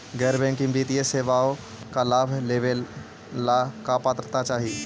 गैर बैंकिंग वित्तीय सेवाओं के लाभ लेवेला का पात्रता चाही?